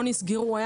לא נסגרו,